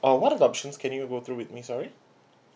uh what are the options can you go through with me sorry